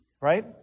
right